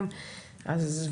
היום ה-11.7.23,